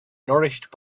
nourished